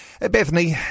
Bethany